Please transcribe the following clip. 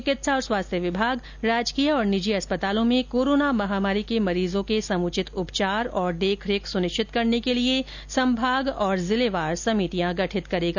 चिकित्सा और स्वास्थ्य विभाग राजकीय और निजी अस्पतालों में कोरोना महामारी के मरीजों के समुचित उपचार और देखरेख सुनिश्चित करने के लिये संभाग और जिलेवार समितियां गठित करेगा